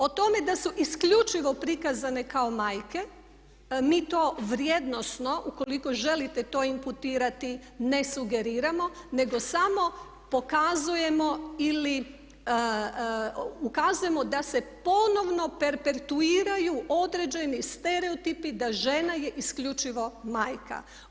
O tome da su isključivo prikazane kao majke mi to vrijednosno ukoliko želite to imputirati ne sugeriramo, nego samo pokazujemo ili ukazujemo da se ponovno perpetuiraju određeni stereotipi da žena je isključivo majka.